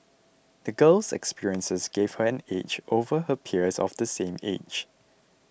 the girl's experiences gave her an edge over her peers of the same age